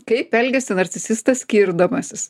kaip elgiasi narcisistas skirdamasis